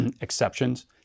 exceptions